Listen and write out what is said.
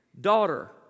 Daughter